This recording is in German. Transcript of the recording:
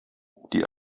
die